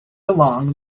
along